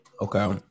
Okay